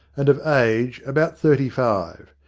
and of age about thirty five.